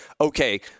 okay